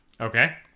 Okay